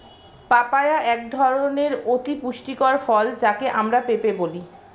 papaya এক ধরনের অতি পুষ্টিকর ফল যাকে আমরা পেঁপে বলি